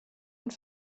und